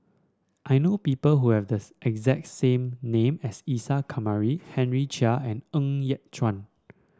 I know people who have thus exact same name as Isa Kamari Henry Chia and Ng Yat Chuan